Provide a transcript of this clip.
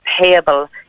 payable